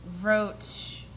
wrote